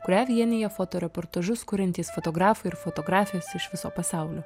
kurią vienija fotoreportažus kuriantys fotografai ir fotografijos iš viso pasaulio